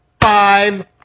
five